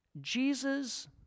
Jesus